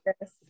yes